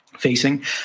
facing